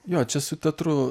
jo čia su teatru